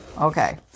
Okay